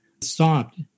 stopped